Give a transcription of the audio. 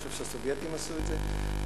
אני חושב שהסובייטים עשו את זה,